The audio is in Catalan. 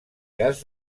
cas